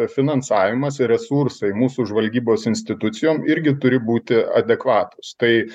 finansavimas ir resursai mūsų žvalgybos institucijom irgi turi būti adekvatūs tai